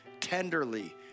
tenderly